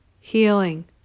healing